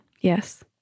Yes